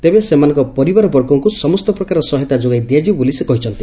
ତେବେ ସେମାନଙ୍କ ପରିବାରବର୍ଗଙ୍କୁ ସମସ୍ତ ପ୍ରକାର ସହାୟତା ଯୋଗାଇ ଦିଆଯିବ ବୋଲି ସେ କହିଛନ୍ତି